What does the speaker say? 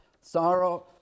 Sorrow